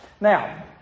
Now